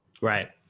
Right